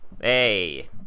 Hey